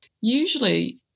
usually